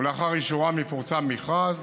ולאחר אישור יפורסם מכרז.